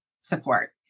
support